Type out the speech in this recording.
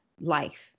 life